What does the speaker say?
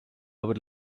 would